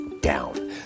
down